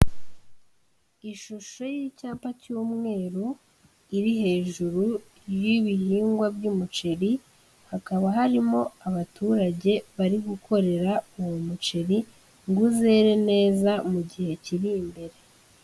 Ishusho y'icyapa cy'umweru iri hejuru y'ibihingwa by'umuceri, hakaba harimo abaturage bari gukorera uwo muceri ngo uzere neza mu gihe kiri imbere.